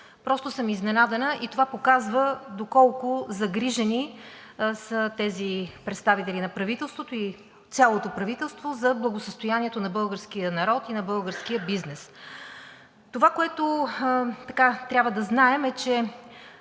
Просто съм изненадана и това показва доколко загрижени са тези представители на правителството и цялото правителство за благосъстоянието на българския народ и на българския бизнес. Това, което трябва да знаем, е, че